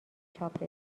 چاپ